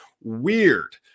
weird